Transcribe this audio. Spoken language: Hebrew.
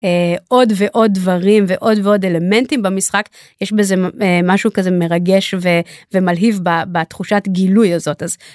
עוד ועוד דברים ועוד ועוד אלמנטים במשחק יש בזה משהו כזה מרגש ומלהיב בתחושת גילוי הזאת אז.